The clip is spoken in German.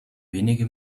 wenige